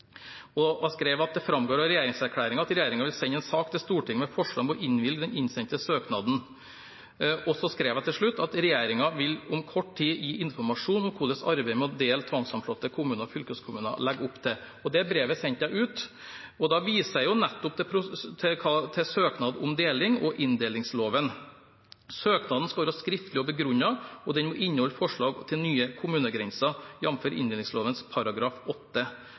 at: «Det fremgår av regjeringserklæringen at regjeringen vil sende en sak til Stortinget med forslag om å innvilge den innsendte søknaden Og til slutt: «Regjeringen vil om kort tid gi informasjon om hvordan arbeidet med å dele tvangssammenslåtte kommuner og fylkeskommuner legges opp.» Det brevet sendte jeg ut. Og da viser jeg nettopp til søknad om deling og inndelingsloven. Søknaden skal være skriftlig og begrunnet, og den må inneholde forslag til nye kommunegrenser,